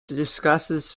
discusses